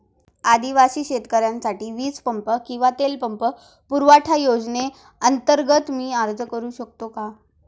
आदिवासी शेतकऱ्यांसाठीच्या वीज पंप किंवा तेल पंप पुरवठा योजनेअंतर्गत मी अर्ज करू शकतो का?